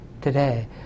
today